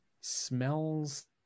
Smells